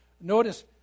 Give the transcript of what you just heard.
Notice